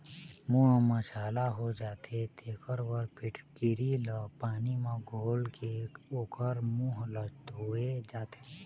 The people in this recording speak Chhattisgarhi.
मूंह म छाला हो जाथे तेखर बर फिटकिरी ल पानी म घोलके ओखर मूंह ल धोए जाथे